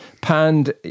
panned